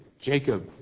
Jacob